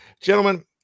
gentlemen